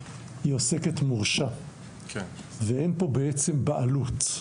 היא עוסקת מורשה ואין פה בעצם בעלות.